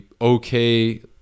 okay